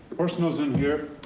personals in here.